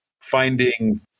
finding